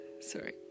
sorry